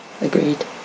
Agreed